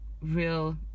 real